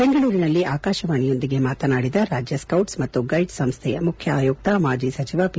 ಬೆಂಗಳೂರಿನಲ್ಲಿ ಆಕಾಶವಾಣಿಯೊಂದಿಗೆ ಮಾತನಾಡಿದ ರಾಜ್ಯ ಸೌಟ್ಸ್ ಮತ್ತು ಗೈಡ್ಸ್ ಸಂಸ್ಥೆಯ ಮುಖ್ಯ ಆಯುಕ್ತ ಮಾಜಿ ಸಚಿವ ಪಿ